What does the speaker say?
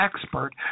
expert